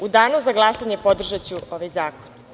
U danu za glasanje podržaću ovaj zakon.